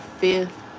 fifth